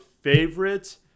favorite